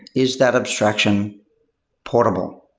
is that abstraction portable?